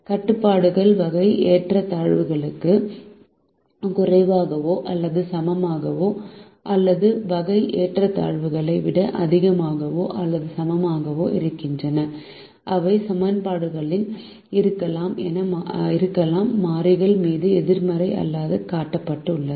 கட்டுப்பாடுகள் வகை ஏற்றத்தாழ்வுகளுக்கு குறைவாகவோ அல்லது சமமாகவோ அல்லது வகை ஏற்றத்தாழ்வுகளை விட அதிகமாகவோ அல்லது சமமாகவோ இருக்கின்றன அவை சமன்பாடுகளாக இருக்கலாம் மாறிகள் மீது எதிர்மறை அல்லாத கட்டுப்பாடு உள்ளது